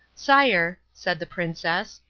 sire, said the princess,